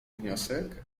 wniosek